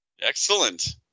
Excellent